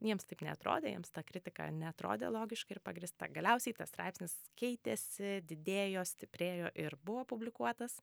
jiems taip neatrodė jiems ta kritika neatrodė logiška ir pagrįsta galiausiai tas straipsnis keitėsi didėjo stiprėjo ir buvo publikuotas